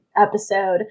episode